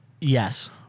Yes